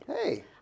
Hey